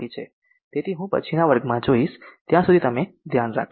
તેથી હું પછીના વર્ગમાં જોઈશ ત્યાં સુધી તમે ધ્યાન રાખજો